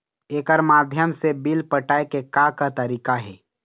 एकर माध्यम से बिल पटाए के का का तरीका हे?